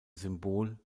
symbol